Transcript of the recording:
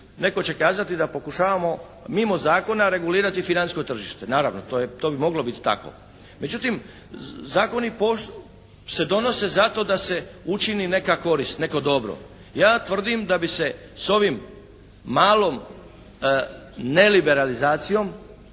netko će kazati da pokušavamo mimo zakona regulirati financijsko tržište. Naravno to bi moglo biti tako. Međutim, zakoni se donose zato da se učini neka korist, neko dobro. Ja tvrdim da bi se s ovim malom neliberalizacijom